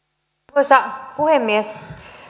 arvoisa puhemies